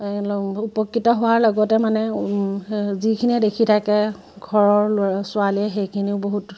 উপকৃত হোৱাৰ লগতে মানে যিখিনিয়ে দেখি থাকে ঘৰৰ ল'ৰা ছোৱালীয়ে সেইখিনিও বহুত